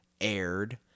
aired